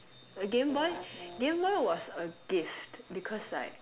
uh game boy game boy was a gift because like